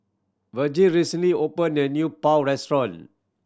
Vergil recently open a new Pho restaurant